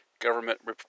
government